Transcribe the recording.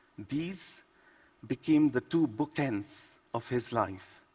these became the two bookends of his life,